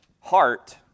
heart